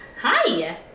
Hi